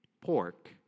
pork